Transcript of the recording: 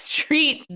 Street